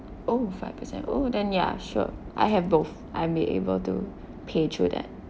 oh five percent oh then yeah sure I have both I may able to pay through that